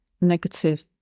negative